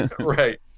Right